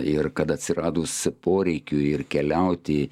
ir kad atsiradus poreikiui ir keliauti